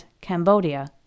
Cambodia